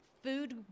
food